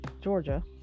georgia